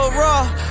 raw